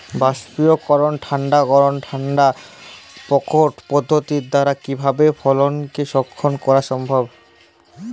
বাষ্পীকরন ঠান্ডা করণ ঠান্ডা প্রকোষ্ঠ পদ্ধতির দ্বারা কিভাবে ফসলকে সংরক্ষণ করা সম্ভব?